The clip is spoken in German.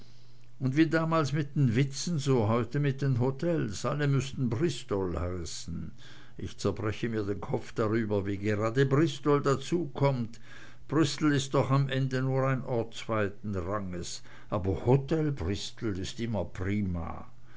und wie damals mit den witzen so heute mit den hotels alle müssen bristol heißen ich zerbreche mir den kopf darüber wie gerade bristol dazu kommt bristol ist doch am ende nur ein ort zweiten ranges aber hotel bristol ist immer prima